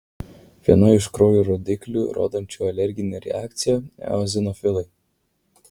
viena iš kraujo rodiklių rodančių alerginę reakciją eozinofilai